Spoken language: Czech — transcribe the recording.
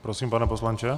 Prosím, pane poslanče.